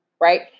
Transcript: Right